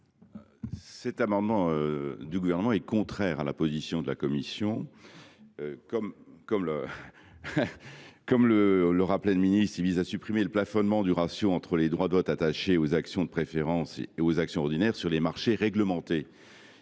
Cet amendement est contraire à la position de la commission. Je le reconnais volontiers. Il vise à supprimer le plafonnement du ratio entre les droits de vote attachés aux actions de préférence et aux actions ordinaires sur les marchés réglementés.